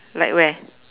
like where